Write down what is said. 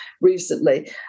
recently